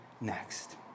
next